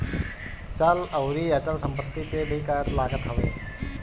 चल अउरी अचल संपत्ति पे भी कर लागत हवे